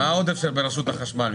מה העודף ברשות החשמל?